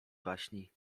baśni